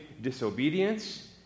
disobedience